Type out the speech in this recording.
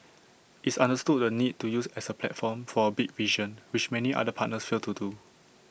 it's understood the need to use as A platform for A big vision which many other partners fail to do